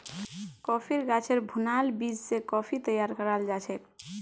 कॉफ़ीर गाछेर भुनाल बीज स कॉफ़ी तैयार कराल जाछेक